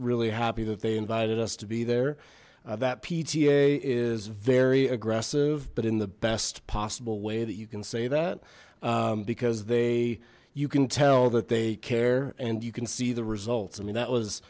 really happy that they invited us to be there that pta is very aggressive but in the best possible way that you can say that because they you can tell that they care and you can see the results i mean that was